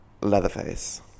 Leatherface